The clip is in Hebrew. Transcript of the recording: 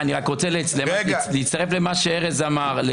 218. אני רוצה להצטרף למה שארז אמר.